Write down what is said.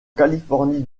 californie